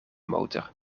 motor